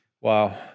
Wow